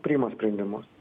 priima sprendimus